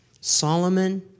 Solomon